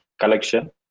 collection